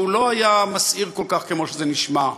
שלא היה מסעיר כל כך כמו שזה נשמע.